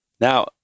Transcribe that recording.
Now